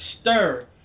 stir